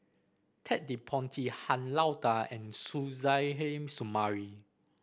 Ted De Ponti Han Lao Da and Suzairhe Sumari